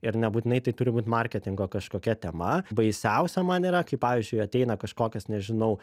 ir nebūtinai tai turi būti marketingo kažkokia tema baisiausia man yra kaip pavyzdžiui ateina kažkokios nežinau